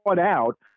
out